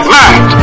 mad